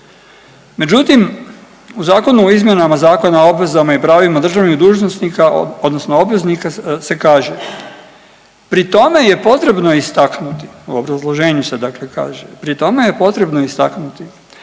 Međutim, u zakonu o izmjenama Zakona o obvezama i pravima državnih dužnosnika odnosno obveznika se kaže, pri tome je potrebno istaknuti, u obrazloženju se dakle kaže pri tome je potrebno istaknuti